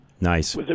Nice